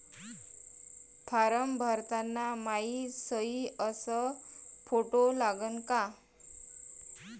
Form भरताना मायी सयी अस फोटो लागन का?